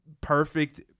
perfect